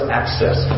access